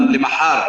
למחר,